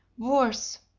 worse,